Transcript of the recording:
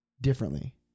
differently